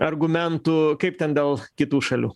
argumentų kaip ten dėl kitų šalių